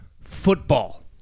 football